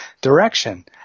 direction